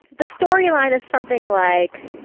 the storyline is something like,